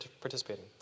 participating